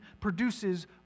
produces